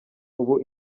ubu